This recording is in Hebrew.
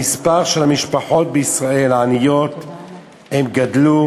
המספר של המשפחות העניות בישראל גדל,